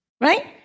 Right